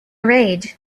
rage